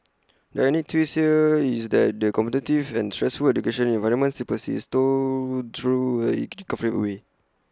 the ironic twist here is that the competitive and stressful education environment still persists though through A in A reconfigured way